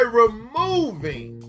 removing